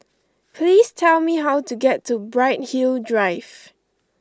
please tell me how to get to Bright Hill Drive